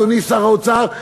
אדוני שר האוצר,